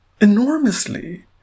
enormously